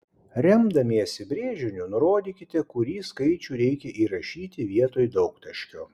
remdamiesi brėžiniu nurodykite kurį skaičių reikia įrašyti vietoj daugtaškio